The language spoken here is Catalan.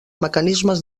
mecanismes